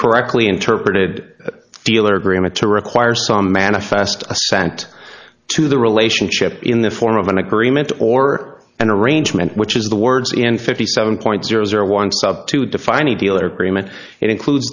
correctly interpreted dealer agreement to require some manifest assent to the relationship in the form of an agreement or an arrangement which is the words in fifty seven point zero zero one to define any deal or agreement it include